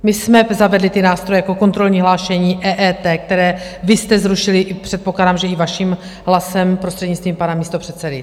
My jsme zavedli ty nástroje jako kontrolní hlášení, EET, které vy jste zrušili, předpokládám, že i vaším hlasem, prostřednictvím pana místopředsedy.